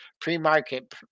pre-market